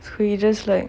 feel just like